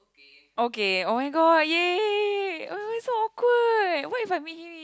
okay oh-my-god !yay! so awkward what if I meet him